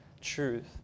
truth